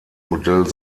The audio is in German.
modell